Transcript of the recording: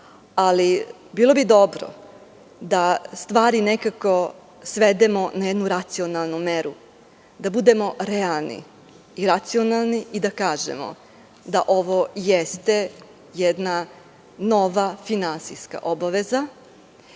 ali bilo bi dobro da stvari nekako svedemo na jednu racionalnu meru, da budemo realni i racionalni i da kažemo da ovo jeste jedna nova finansijska obaveza